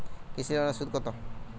কৃষি লোনের সুদ কত?